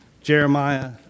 Jeremiah